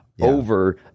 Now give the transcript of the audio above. Over